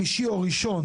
שלישי או ראשון